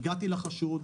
הגעתי לחשוד,